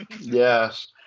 Yes